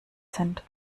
sind